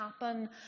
happen